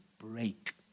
break